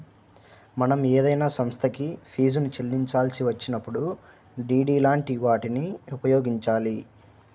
మనం ఏదైనా సంస్థకి ఫీజుని చెల్లించాల్సి వచ్చినప్పుడు డి.డి లాంటి వాటిని ఉపయోగించాలి